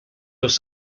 los